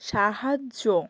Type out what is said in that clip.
সাহায্য